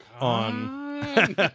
on